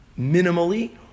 minimally